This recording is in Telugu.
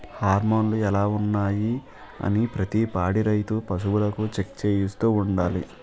హార్మోన్లు ఎలా ఉన్నాయి అనీ ప్రతి పాడి రైతు పశువులకు చెక్ చేయిస్తూ ఉండాలి